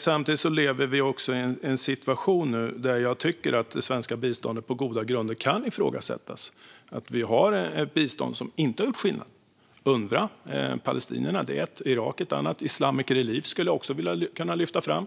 Samtidigt lever vi i en situation där jag tycker att det svenska biståndet på goda grunder kan ifrågasättas. Vi har ett bistånd som inte har gjort skillnad. UNRWA till palestinierna är ett exempel. Irak är ett annat. Islamic Relief skulle jag också kunna lyfta fram,